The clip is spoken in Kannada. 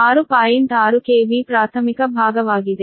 6 KV ಪ್ರಾಥಮಿಕ ಭಾಗವಾಗಿದೆ